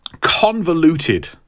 Convoluted